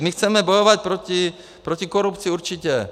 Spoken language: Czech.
My chceme bojovat proti korupci, určitě.